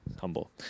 humble